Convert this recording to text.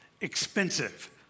expensive